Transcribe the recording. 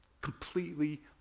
completely